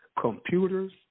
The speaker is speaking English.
computers